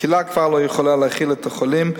הקהילה כבר לא יכולה להכיל את החולים,